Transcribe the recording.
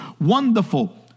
wonderful